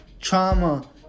Trauma